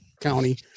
county